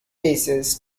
basis